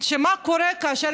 מה קורה כאשר